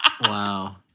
wow